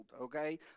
okay